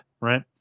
right